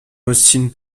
austin